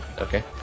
okay